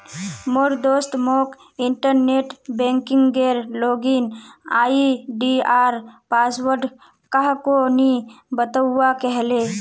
मोर दोस्त मोक इंटरनेट बैंकिंगेर लॉगिन आई.डी आर पासवर्ड काह को नि बतव्वा कह ले